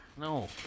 No